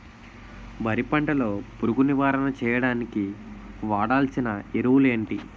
వరి పంట లో పురుగు నివారణ చేయడానికి వాడాల్సిన ఎరువులు ఏంటి?